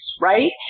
right